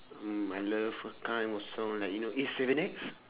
mm I love the kind of song like you know A seven X